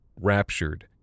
raptured